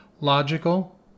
logical